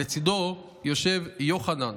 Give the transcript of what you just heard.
לצידו יושב יוחנן.